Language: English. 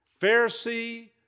Pharisee